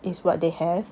is what they have